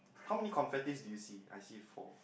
how many confettis do you see I see four